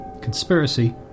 conspiracy